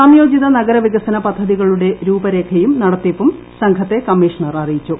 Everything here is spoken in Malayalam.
സംയോജിത നഗരവികസന പദ്ധതികളുടെ രൂപരേഖയും നടത്തിപ്പും സംഘത്തെ കമ്മീഷണർ അറിയിച്ചു